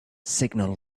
signal